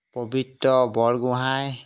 Pabitra Borgohain